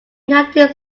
nineteen